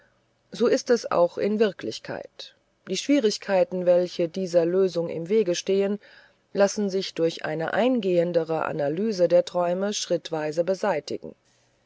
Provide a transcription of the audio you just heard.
so ist es auch in wirklichkeit die schwierigkeiten welche dieser lösung im wege stehen lassen sich durch eine eingehendere analyse der träume schrittweise beseitigen